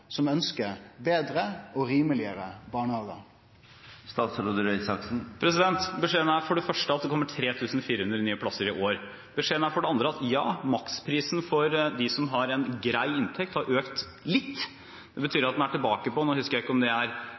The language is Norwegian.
som ønskjer betre og rimelegare barnehage? Beskjeden er for det første at det kommer 3 400 nye plasser i år. Beskjeden er for det andre at maksprisen for dem som har en grei inntekt, har økt litt. Det betyr at den er tilbake på